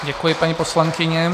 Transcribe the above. Děkuji, paní poslankyně.